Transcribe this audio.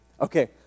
Okay